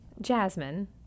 Jasmine